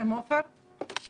בבקשה.